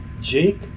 Jake